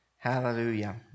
Hallelujah